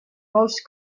most